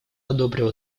одобрил